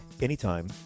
Anytime